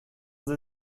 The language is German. sie